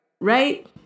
right